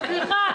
סליחה,